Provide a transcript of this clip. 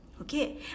Okay